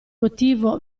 motivo